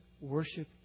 worship